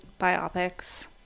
biopics